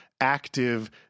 active